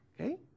okay